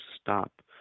stop